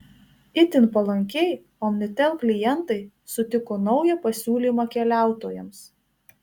itin palankiai omnitel klientai sutiko naują pasiūlymą keliautojams